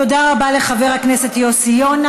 תודה רבה לחבר הכנסת יוסי יונה.